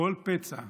כל פצע,